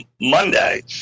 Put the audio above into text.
Monday